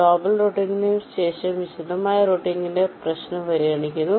global റൂട്ടിംഗിന് ശേഷം വിശദമായ റൂട്ടിംഗിന്റെ പ്രശ്നം പരിഗണിക്കുന്നു